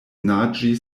naĝi